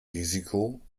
risiko